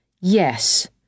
Yes